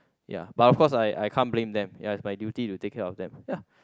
ya but of course I I can't blame them ya it's my duty to take care of them ya